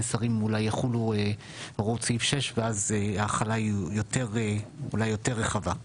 שרים יחולו הוראות סעיף 6 ואז ההחלה היא אולי יותר רחבה.